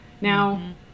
Now